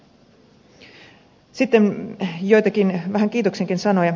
sitten joitakin vähän kiitoksenkin sanoja